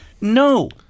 No